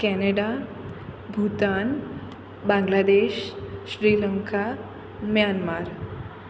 Canada Bhutan Bangladesh Sri Lanka Myanmar